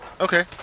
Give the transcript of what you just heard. Okay